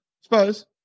Suppose